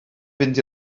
fynd